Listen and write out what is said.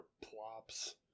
plops